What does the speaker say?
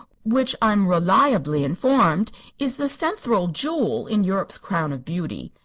which i'm reliably informed is the centhral jewel in europe's crown of beauty.